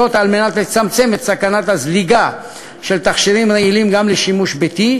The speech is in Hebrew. על מנת לצמצם את סכנת הזליגה של תכשירים רעילים לשימוש ביתי,